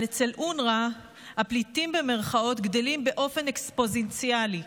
אבל אצל אונר"א ה"פליטים" גדלים באופן אקספוננציאלי.